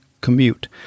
commute